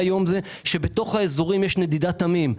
בתוך האזורים יש נדידת עמים.